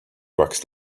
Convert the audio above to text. bucks